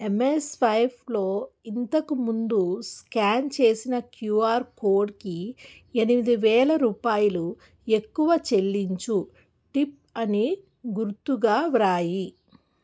ఎమ్సవైపులో ఇంతకు ముందు స్కాన్ చేసిన క్యూఆర్ కోడ్కి ఎనిమిది వేల రూపాయలు ఎక్కువ చెల్లించు టిప్ అని గుర్తుగా వ్రాయి